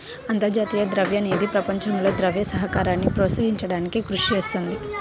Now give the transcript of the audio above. అంతర్జాతీయ ద్రవ్య నిధి ప్రపంచంలో ద్రవ్య సహకారాన్ని ప్రోత్సహించడానికి కృషి చేస్తుంది